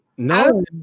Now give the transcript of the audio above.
No